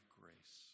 grace